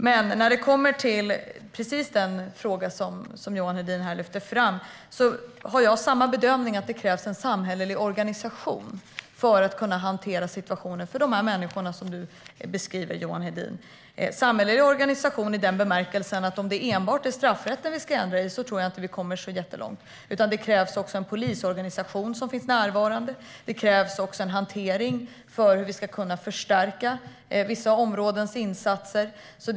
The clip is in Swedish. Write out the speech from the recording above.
Men när det kommer till precis den fråga som Johan Hedin lyfte fram gör jag samma bedömning, att det krävs en samhällelig organisation för att kunna hantera situationen för de människor som du beskriver, Johan Hedin. Det behövs en samhällelig organisation i den bemärkelsen att om det enbart är straffrätten vi ska ändra i tror jag inte att vi kommer så långt. Det krävs också en polisorganisation som är närvarande, och det krävs också en hantering för hur vi kan förstärka insatserna på vissa områden.